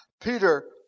Peter